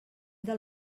del